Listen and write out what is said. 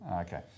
Okay